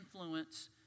influence